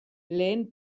lehen